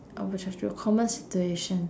over charged to a common situation